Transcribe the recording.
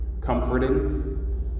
comforting